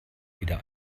wieder